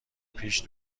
پیش